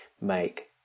make